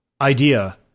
idea